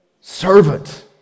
servant